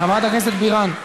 חברת הכנסת בירן.